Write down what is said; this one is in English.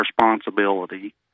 responsibility